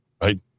right